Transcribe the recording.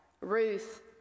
Ruth